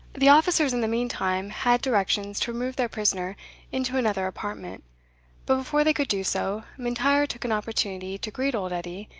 the officers, in the meantime, had directions to remove their prisoner into another apartment but before they could do so, m'intyre took an opportunity to greet old edie,